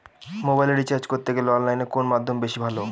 মোবাইলের রিচার্জ করতে গেলে অনলাইনে কোন মাধ্যম বেশি ভালো?